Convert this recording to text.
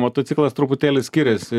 motociklas truputėlį skiriasi